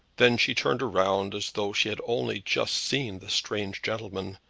then she turned round as though she had only just seen the strange gentleman,